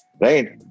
Right